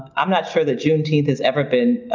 i'm not sure that juneteenth has ever been